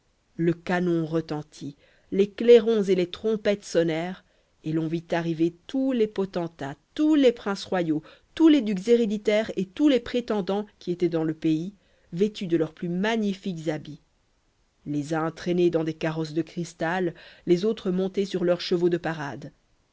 le canon retentit les clairons et les trompettes sonnèrent et l'on vit arriver tous les potentats tous les princes royaux tous les ducs héréditaires et tous les prétendants qui étaient dans le pays vêtus de leurs plus magnifiques habits les uns traînés dans des carrosses de cristal les autres montés sur leurs chevaux de parade